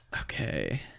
Okay